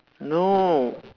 no